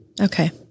Okay